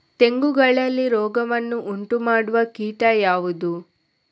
ತೆಂಗುಗಳಲ್ಲಿ ರೋಗವನ್ನು ಉಂಟುಮಾಡುವ ಕೀಟ ಯಾವುದು?